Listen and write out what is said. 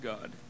God